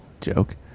joke